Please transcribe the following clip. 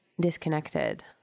disconnected